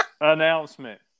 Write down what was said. announcement